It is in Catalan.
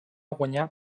guanyar